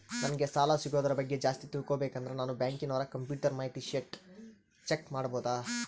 ನಂಗೆ ಸಾಲ ಸಿಗೋದರ ಬಗ್ಗೆ ಜಾಸ್ತಿ ತಿಳಕೋಬೇಕಂದ್ರ ನಾನು ಬ್ಯಾಂಕಿನೋರ ಕಂಪ್ಯೂಟರ್ ಮಾಹಿತಿ ಶೇಟ್ ಚೆಕ್ ಮಾಡಬಹುದಾ?